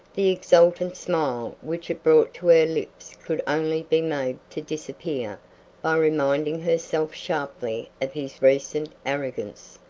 the exultant smile which it brought to her lips could only be made to disappear by reminding herself sharply of his recent arrogance.